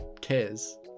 cares